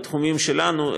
בתחומים שלנו,